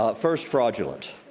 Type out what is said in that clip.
ah first, fraudulent.